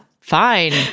fine